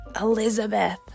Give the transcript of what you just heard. Elizabeth